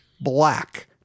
black